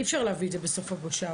אי אפשר להביא את זה בסוף המושב.